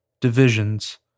divisions